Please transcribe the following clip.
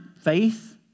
faith